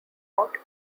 out